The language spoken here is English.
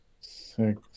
six